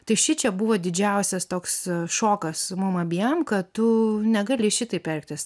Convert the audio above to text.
tai šičia buvo didžiausias toks šokas mum abiem kad tu negali šitaip elgtis